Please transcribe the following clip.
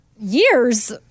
Years